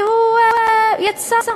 והוא יצא.